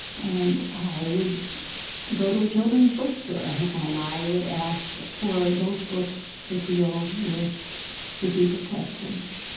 and i would go to a children's bookstore, and i would ask for those books that deal with the deeper questions.